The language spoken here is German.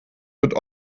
wird